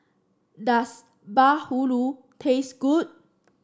does bahulu taste good